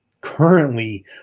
currently